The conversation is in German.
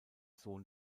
sohn